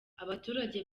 abaturage